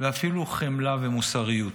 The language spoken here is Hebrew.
ואפילו חמלה ומוסריות.